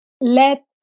let